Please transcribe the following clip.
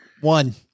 One